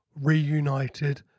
reunited